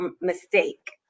mistake